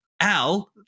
Al